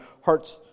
hearts